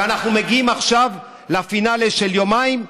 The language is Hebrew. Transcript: ואנחנו מגיעים עכשיו לפינאלה של יומיים.